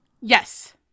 Yes